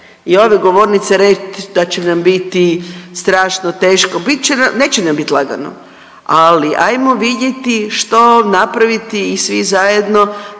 I ove govornice reći da će nam biti strašno teško, bit će nam, neće nam bit lagano, ali ajmo vidjeti što napraviti i svi zajedno